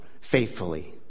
faithfully